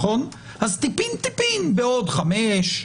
אז טיפין-טיפין בעוד חמש,